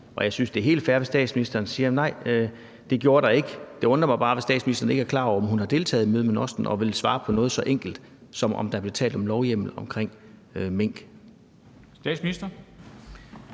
Jeg synes, det er helt fair, hvis statsministeren siger: Nej, det gjorde der ikke. Det undrer mig bare, hvis statsministeren ikke er klar over, om hun har deltaget i et møde med NOST, og ikke vil svare på noget så enkelt som, om der blev talt om lovhjemmel omkring mink.